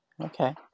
okay